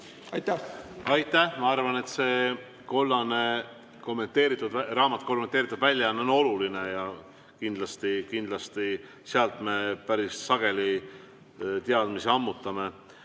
Aitäh! Ma arvan, et see kollane raamat, kommenteeritud väljaanne on oluline ja kindlasti sealt me päris sageli teadmisi ammutame.